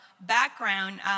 background